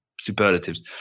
superlatives